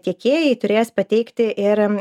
tiekėjai turės pateikti ir